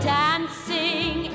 dancing